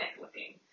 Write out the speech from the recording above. looking